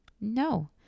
No